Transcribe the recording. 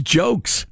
jokes